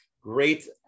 Great